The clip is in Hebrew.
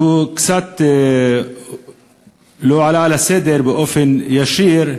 שקצת לא עלה על סדר-היום באופן ישיר: